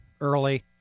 early